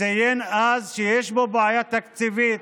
ציין אז שיש פה בעיה תקציבית.